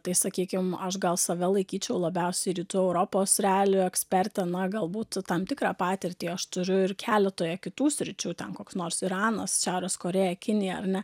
tai sakykim aš gal save laikyčiau labiausiai rytų europos realijų eksperte na galbūt tam tikrą patirtį aš turiu ir keletoje kitų sričių ten koks nors iranas šiaurės korėja kinija ar ne